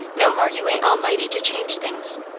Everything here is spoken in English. no more you ain't almighty to change things.